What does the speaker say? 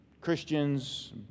Christians